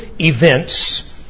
events